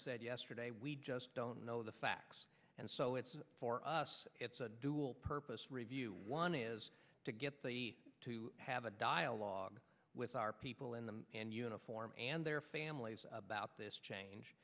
said yesterday we just don't know the facts and so it's for us it's a dual purpose review one is to get the to have a dialogue with our people in them and uniform and their families about this change